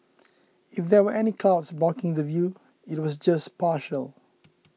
if there were any clouds blocking the view it was just partial